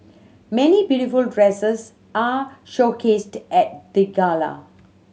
many beautiful dresses are showcased at the gala